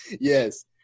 Yes